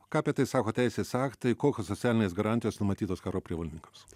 ką apie tai sako teisės aktai kokios socialinės garantijos numatytos karo prievolininkams